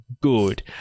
Good